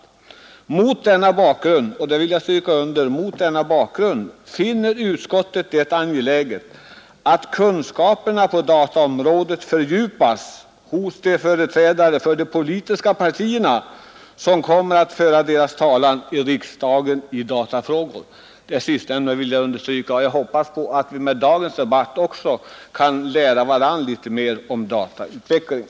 Mot denna bakgrund finner utskottet det angeläget att kunskaperna på dataområdet fördjupas hos de företrädare för de politiska partierna som kommer att föra deras talan i riksdagen i datafrågor.” Det sistnämnda vill jag understryka, och jag hoppas att vi under dagens debatt kan lära varandra litet mer om datautvecklingen.